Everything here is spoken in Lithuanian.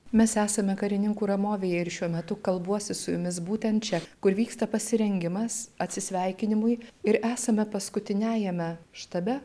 mes esame karininkų ramovėje ir šiuo metu kalbuosi su jumis būtent čia kur vyksta pasirengimas atsisveikinimui ir esame paskutiniajame štabe